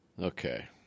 Okay